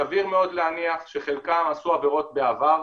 סביר מאוד להניח שחלקם עשו עבירות בעבר,